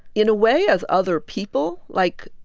in a way, as other people. like,